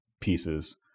pieces